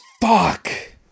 Fuck